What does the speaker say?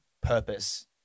purpose